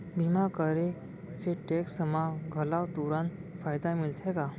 बीमा करे से टेक्स मा घलव तुरंत फायदा मिलथे का?